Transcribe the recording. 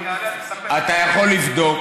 אני אעלה, אני אספר לך, אתה יכול לבדוק.